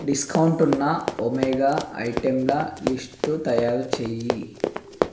discount ఉన్న omega ఐటెంల list తయారుచెయ్యి